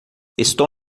estou